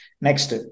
next